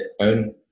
Own